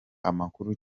amakuru